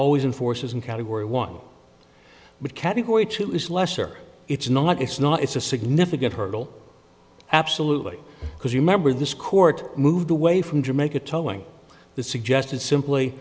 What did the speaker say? always in force isn't category one but category two is lesser it's not it's not it's a significant hurdle absolutely because remember this court moved away from jamaica towing the suggested simply